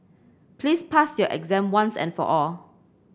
please pass your exam once and for all